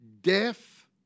Death